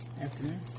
Afternoon